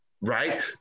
right